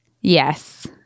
yes